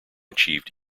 achieved